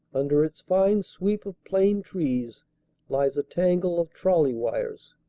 under its fine sweep of plane trees lies a tangle of trolley wires.